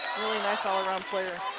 really nice all-around player.